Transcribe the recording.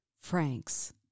Franks